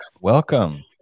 welcome